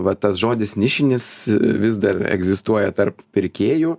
va tas žodis nišinis vis dar egzistuoja tarp pirkėjų